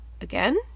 again